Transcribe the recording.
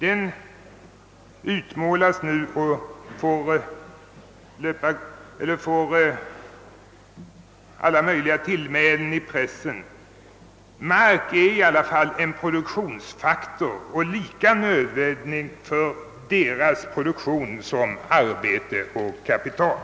Den får nu alla möjliga tillmälen i pressen. Mark är i alla fall en produktionsfaktor, lika nödvändig för denna industris produktion som arbete och kapital.